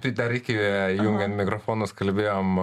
tai dar iki įjungiant mikrofonus kalbėjom